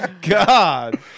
God